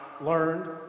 learned